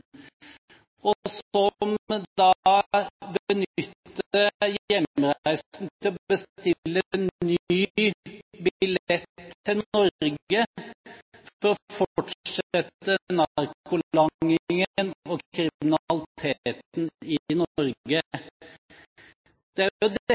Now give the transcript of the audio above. til å bestille ny billett til Norge for å fortsette narkolangingen og kriminaliteten her. Det er dette opposisjonen ønsker å ta tak i.